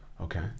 Okay